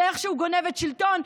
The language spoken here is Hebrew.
ואיכשהו גונבת שלטון,